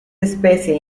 especie